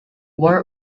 war